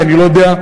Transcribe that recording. כי אני לא יודע,